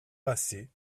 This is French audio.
passées